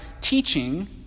teaching